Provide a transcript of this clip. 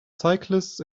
cyclists